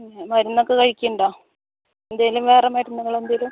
പിന്നെ മരുന്നൊക്കെ കഴിക്കുന്നുണ്ടോ എന്തേലും വേറെ മരുന്നുകൾ എന്തേലും